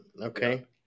Okay